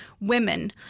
women